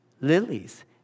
lilies